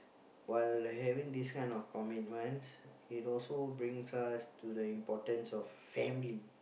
while having this kind of commitments it also brings us to the importance of family